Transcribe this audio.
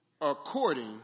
according